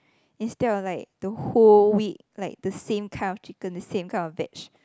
instead of like the whole week like the same kind of chicken the same kind of veg